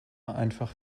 einfach